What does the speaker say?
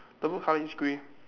the bird colour is grey